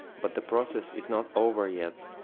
but the process is not over yet